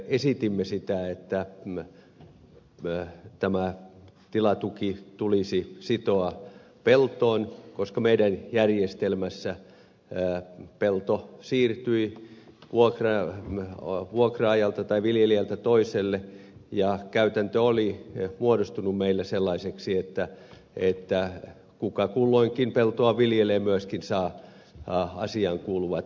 esitimme sitä että tämä tilatuki tulisi sitoa peltoon koska meidän järjestelmässämme pelto siirtyi vuokraajalta tai viljelijältä toiselle ja käytäntö oli muodostunut meillä sellaiseksi että kuka kulloinkin peltoa viljelee myöskin saa asiaan kuuluvat tuet